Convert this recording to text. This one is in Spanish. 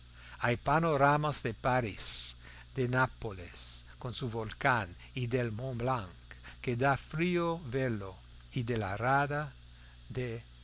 hay panoramas de parís y de nápoles con su volcán y del mont blanc que da frío verlo y de la rada de